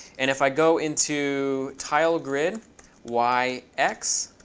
and if i go into tilegrid y, x,